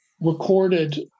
recorded